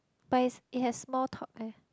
but it's it has small talk eh